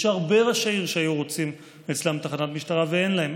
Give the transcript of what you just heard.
יש הרבה ראשי עיר בכל המגזרים שהיו רוצים אצלם תחנת משטרה ואין להם.